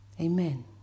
Amen